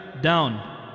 down